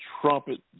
trumpet